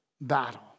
battle